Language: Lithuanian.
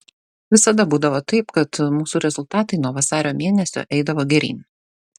visada būdavo taip kad mūsų rezultatai nuo vasario mėnesio eidavo geryn